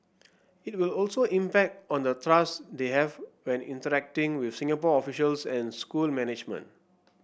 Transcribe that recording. it will also impact on the trust they have when interacting with Singapore officials and school management